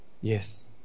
Yes